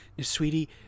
Sweetie